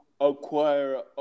acquire